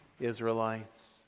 Israelites